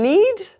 Need